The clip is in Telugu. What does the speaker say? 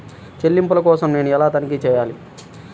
చెల్లింపుల కోసం నేను ఎలా తనిఖీ చేయాలి?